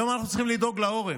היום אנחנו צריכים לדאוג לעורף,